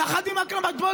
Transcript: יחד עם אכרם חסון,